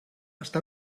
està